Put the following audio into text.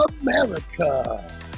America